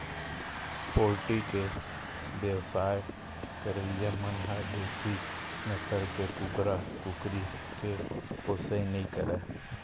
poultry के बेवसाय करइया मन ह देसी नसल के कुकरा, कुकरी के पोसइ नइ करय